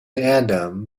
adam